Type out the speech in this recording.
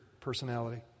personality